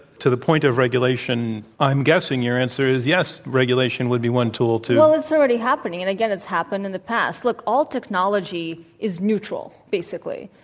to the point of regulation i'm guessing your answer is yes, regulation would be one tool to well, it's already happening. and again, it's happened in the past. look, all technology is neutral basically.